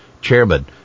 Chairman